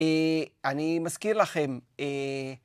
אני מזכיר לכם.